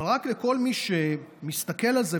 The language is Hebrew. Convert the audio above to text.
אבל רק לכל מי שמסתכל על זה,